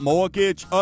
Mortgage